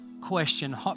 question